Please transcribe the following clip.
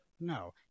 No